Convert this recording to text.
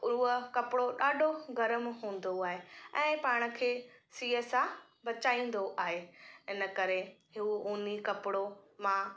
उहो कपिड़ो ॾाढो गर्म हूंदो आहे ऐं पाण खे सीउ सां बचाईंदो आहे इनकरे हू ऊनी कपिड़ो मां